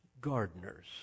gardeners